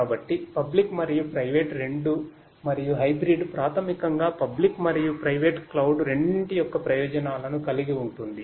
కాబట్టి పబ్లిక్ మరియు ప్రైవేట్ రెండూ మరియు హైబ్రిడ్ ప్రాథమికంగా పబ్లిక్ మరియు ప్రైవేట్ క్లౌడ్ రెండింటి యొక్క ప్రయోజనాలను కలిగి ఉంది